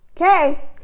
Okay